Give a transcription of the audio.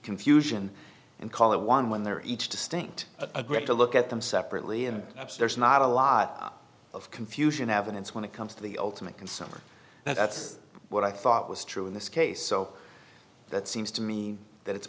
confusion and call it one when they're each distinct agreed to look at them separately and that's there is not a lot of confusion evidence when it comes to the ultimate consumer that's what i thought was true in this case so that seems to me that it's